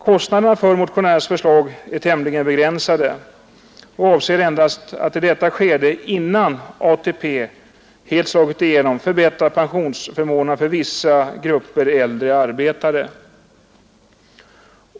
Kostnaderna för motionärernas förslag är tämligen begränsade och avser endast att i detta skede, innan ATP helt slagit igenom, förbättra Nr 128 pensionsförmånerna för vissa grupper äldre arbetare.